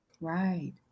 Right